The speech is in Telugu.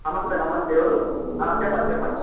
నమస్తే నమస్తే ఎవరు చెప్పండి చెప్పండి